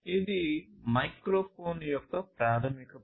ఇది మైక్రోఫోన్ యొక్క ప్రాథమిక పని